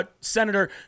Senator